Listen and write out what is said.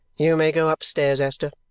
you may go upstairs, esther!